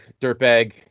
dirtbag